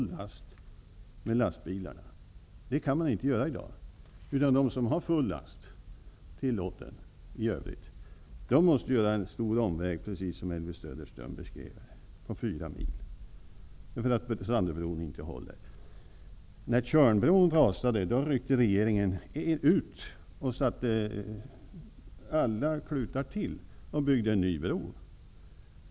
Det kan de inte göra i dag, utan de måste göra en stor omväg på 4 mil, som Elvy Söderström sade, därför att Sandöbron inte håller. När Tjörnbron rasade ryckte regeringen ut och satte till alla klutar för att bygga en ny bro.